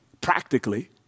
practically